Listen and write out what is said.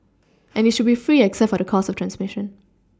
and it should be free except for the cost of transMission